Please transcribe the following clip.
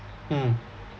mm